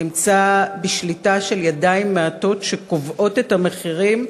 נמצא בשליטה של ידיים מעטות שקובעות את המחירים.